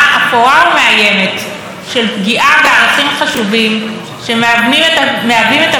בערכים חשובים שמהווים את אבני הפינה של המשכן הזה.